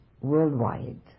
worldwide